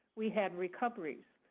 we had recoveries.